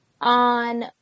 on